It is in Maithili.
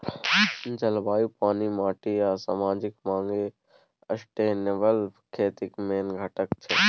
जलबायु, पानि, माटि आ समाजिक माँग सस्टेनेबल खेतीक मेन घटक छै